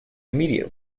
immediate